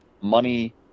money